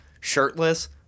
shirtless